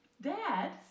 Dad